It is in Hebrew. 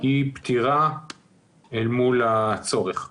היא פתירה אל מול הצורך.